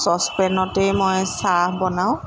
চচপেনতে মই চাহ বনাওঁ